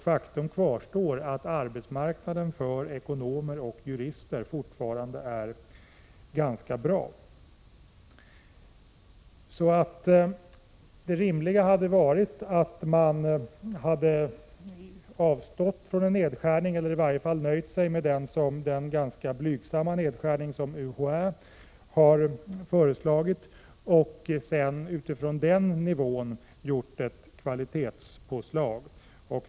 Faktum kvarstår att arbetsmarknaden för ekonomer och jurister fortfarande är ganska bra. Så det rimliga hade varit att man hade avstått från en nedskärning eller i varje fall nöjt sig med den ganska blygsamma nedskärning som UHÄ har föreslagit och sedan utifrån den nivån gjort ett kvalitetspåslag.